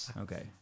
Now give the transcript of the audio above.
Okay